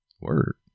Word